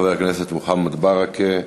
חבר הכנסת מוחמד ברכה.